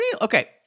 Okay